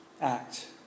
act